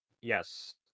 Yes